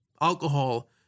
Alcohol